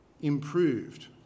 improved